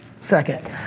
second